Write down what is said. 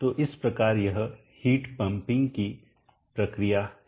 तो इस प्रकार यह हीट पंपिंग की प्रक्रिया है